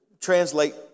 translate